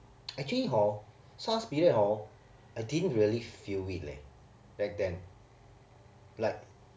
actually hor SARS period hor I didn't really feel it leh back then like